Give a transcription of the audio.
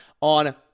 on